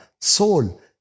soul